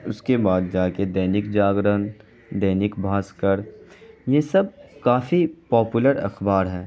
اس کے بعد جا کے دینک جاگرن دینک بھاسکر یہ سب کافی پاپولر اخبار ہے